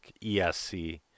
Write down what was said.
ESC